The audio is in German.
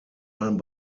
allem